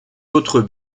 autres